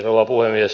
rouva puhemies